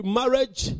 marriage